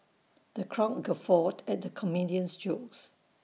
the crowd guffawed at the comedian's jokes